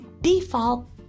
default